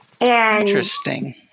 Interesting